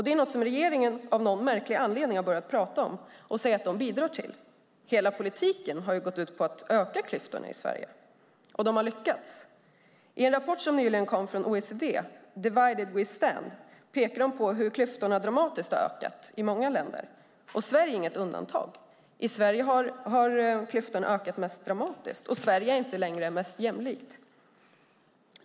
Det har regeringen av någon märklig anledning börjat prata om och säga att de bidrar till. Men hela politiken har ju gått ut på att öka klyftorna i Sverige. Och de har lyckats. I en rapport som nyligen kom från OECD, Divided We Stand , pekar de på hur klyftorna dramatiskt har ökat i många länder. Och Sverige är inget undantag - i Sverige har klyftorna ökat mest dramatiskt. Sverige är inte längre mest jämlikt.